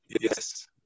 Yes